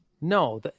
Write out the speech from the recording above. No